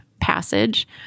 passage